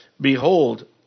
Behold